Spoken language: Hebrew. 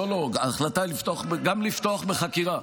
לא, לא, ההחלטה גם לפתוח בחקירה.